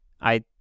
I-